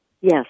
Yes